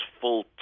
full